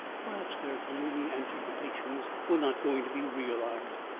perhaps their gloomy anticipations were not going to be realised.